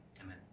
amen